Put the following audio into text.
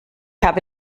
habe